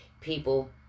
people